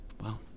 Wow